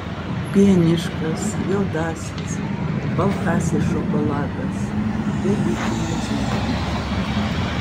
pieniškas juodasis baltasis šokoladas velykiniai zuikučiai